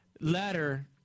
letter